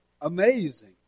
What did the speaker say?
amazing